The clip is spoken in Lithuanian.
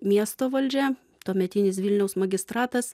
miesto valdžia tuometinis vilniaus magistratas